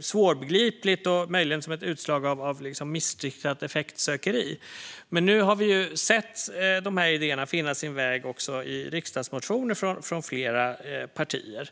svårbegripligt och möjligen som ett utslag av missriktat effektsökeri. Men nu har vi också sett de här idéerna finna sin väg in i riksdagsmotioner från flera partier.